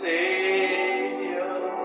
Savior